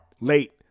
late